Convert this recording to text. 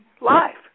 life